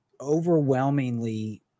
overwhelmingly